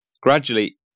gradually